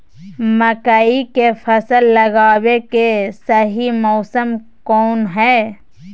मकई के फसल लगावे के सही मौसम कौन हाय?